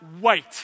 wait